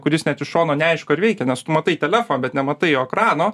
kuris net iš šono neaišku ar veikia nes tu matai telefą bet nematai jo ekrano